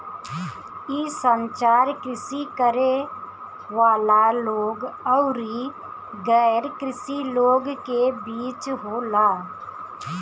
इ संचार कृषि करे वाला लोग अउरी गैर कृषि लोग के बीच होला